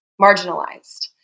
Marginalized